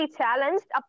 challenged